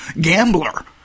gambler